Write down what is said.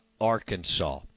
Arkansas